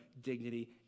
dignity